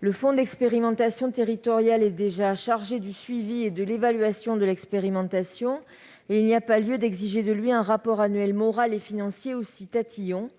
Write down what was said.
Le fonds d'expérimentation territoriale étant déjà chargé du suivi et de l'évaluation de l'expérimentation, il n'y a pas lieu d'exiger de lui un rapport annuel moral et financier aussi tatillon.